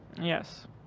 yes